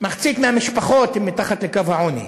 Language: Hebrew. מחצית מהמשפחות הן מתחת לקו העוני,